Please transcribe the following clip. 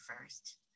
first